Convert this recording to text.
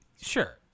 Sure